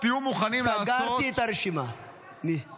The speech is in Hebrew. תהיו מוכנים לעשות --- סגרתי את הרשימה מזמן.